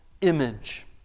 image